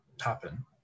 happen